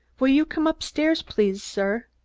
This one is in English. will you come up-stairs, please, sir?